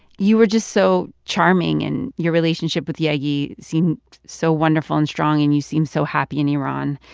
you were just so charming. and your relationship with yegi seemed so wonderful and strong. and you seemed so happy in iran.